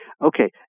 Okay